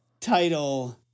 title